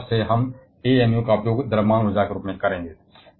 इसलिए अब से हम एमु का उपयोग ऊर्जा के लिए द्रव्यमान के रूप में करेंगे